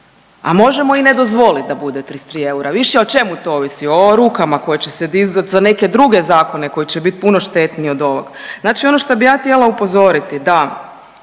a možemo i ne dozvolit da bude 33 eura viši. O čemu to ovisi? O rukama koje će se dizat za neke druge zakone koji će bit puno štetniji od ovog. Znači ono što bi ja htjela upozoriti da,